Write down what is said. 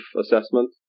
assessment